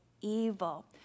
evil